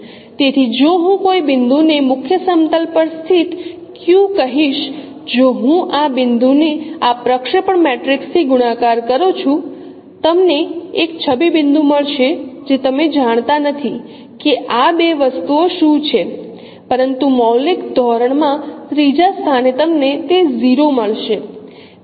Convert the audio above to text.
તેથી જો હું કોઈ બિંદુને મુખ્ય સમતલ પર સ્થિત q કહીશ જો હું આ બિંદુને આ પ્રક્ષેપણ મેટ્રિક્સ થી ગુણાકાર કરું છું તમને એક છબી બિંદુ મળશે જે તમે જાણતા નથી કે આ બે વસ્તુઓ શું છે પરંતુ મૌલિક ધોરણમાં ત્રીજા સ્થાને તમને તે 0 મળશે